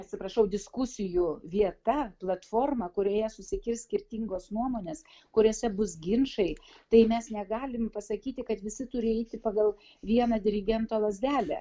atsiprašau diskusijų vieta platforma kurioje susikirs skirtingos nuomonės kuriose bus ginčai tai mes negalim pasakyti kad visi turi eiti pagal vieną dirigento lazdelę